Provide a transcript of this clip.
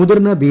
മുതിർന്ന ബി